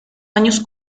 años